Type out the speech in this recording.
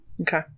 Okay